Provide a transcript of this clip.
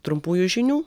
trumpųjų žinių